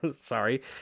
sorry